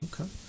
okay